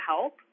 help